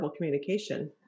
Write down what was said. communication